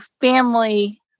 family